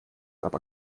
aber